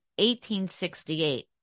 1868